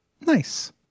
Nice